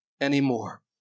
anymore